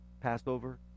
Passover